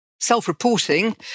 Self-reporting